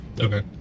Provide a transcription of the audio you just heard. Okay